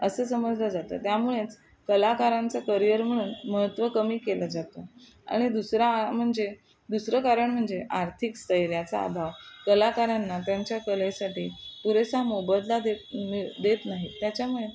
असं समजलं जातं त्यामुळेच कलाकारांचं करियर म्हणून महत्त्व कमी केलं जातं आणि दुसरा म्हणजे दुसरं कारण म्हणजे आर्थिक स्थैर्याचा अभाव कलाकारांना त्यांच्या कलेसाठी पुरेसा मोबदला देत मि देत नाही त्याच्यामुळे